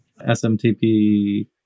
SMTP